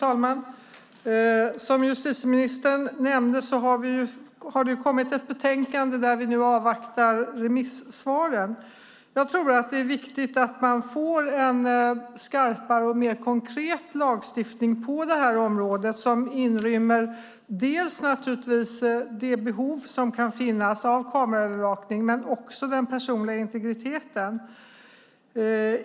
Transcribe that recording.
Fru talman! Som justitieministern nämnde har det kommit ett betänkande. Vi avvaktar remissvaren. Det är viktigt att man får en skarpare och konkretare lagstiftning på det här området, som inrymmer dels det behov som kan finnas av kameraövervakning, dels den personliga integriteten.